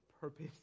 purpose